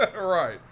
right